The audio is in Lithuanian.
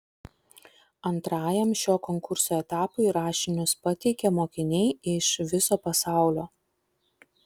antrajam šio konkurso etapui rašinius pateikia mokiniai iš viso pasaulio